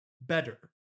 better